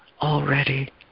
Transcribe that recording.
already